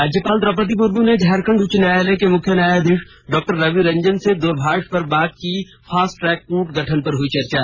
राज्यपाल द्रौपदी मुर्मू ने झारखंड उच्च न्यायालय के मुख्य न्यायाधीश डॉ रवि रंजन से दूरभाष पर बात की फास्ट ट्रैक कोर्ट गठन पर हुई चर्चा